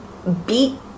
beat